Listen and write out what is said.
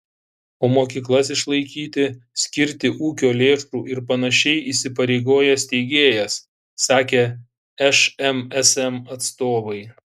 o mokyklas išlaikyti skirti ūkio lėšų ir panašiai įsipareigoja steigėjas sakė šmsm atstovai